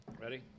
Ready